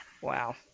Wow